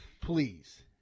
please